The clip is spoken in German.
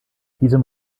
diesem